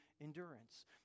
endurance